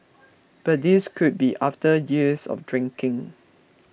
but this could be after years of drinking